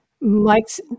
Mike's